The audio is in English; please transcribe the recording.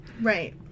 Right